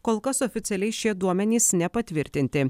kol kas oficialiai šie duomenys nepatvirtinti